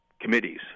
committees